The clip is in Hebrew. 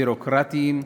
ביורוקרטיים,